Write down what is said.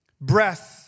breath